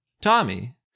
Tommy